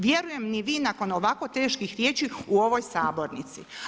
Vjerujem ni vi nakon ovako teških riječi u ovoj sabornici.